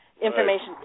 information